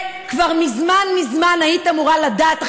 כבר מזמן מזמן היית אמורה לדעת,